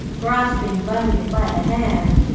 grasping bunyip by the hand.